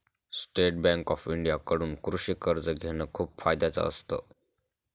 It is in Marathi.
स्टेट बँक ऑफ इंडिया कडून कृषि कर्ज घेण खूप फायद्याच असत